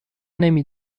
نمی